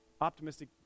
optimistic